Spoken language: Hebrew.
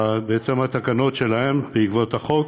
בעצם התקנות בעקבות החוק,